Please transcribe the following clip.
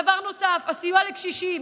דבר נוסף, הסיוע לקשישים.